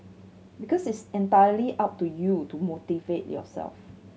because it's entirely up to you to motivate yourself